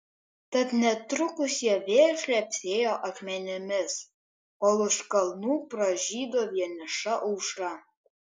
tad netrukus jie vėl šlepsėjo akmenimis kol už kalnų pražydo vieniša aušra